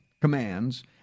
commands